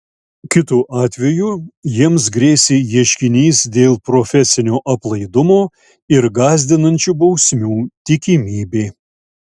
kitu atveju jiems grėsė ieškinys dėl profesinio aplaidumo ir gąsdinančių bausmių tikimybė